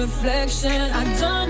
Reflection